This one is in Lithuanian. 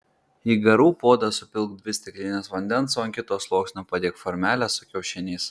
į garų puodą supilk dvi stiklines vandens o ant kito sluoksnio padėk formeles su kiaušiniais